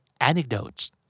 anecdotes